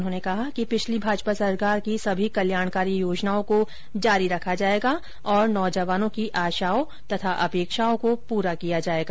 उन्होंने कहा कि पिछली भाजपा सरकार की सभी कल्याणकारी योजनाओं को जारी रखा जाएगा तथा नौजवानों की आशाओं और अपेक्षाओं को पूरा किया जाएगा